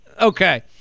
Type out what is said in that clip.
okay